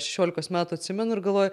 šešiolikos metų atsimenu ir galvoju